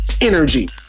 energy